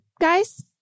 guys